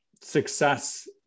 success